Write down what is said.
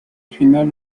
final